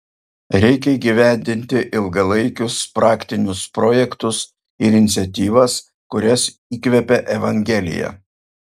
reikia įgyvendinti ilgalaikius praktinius projektus ir iniciatyvas kurias įkvepia evangelija